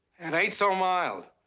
and ain't so mild.